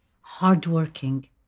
hardworking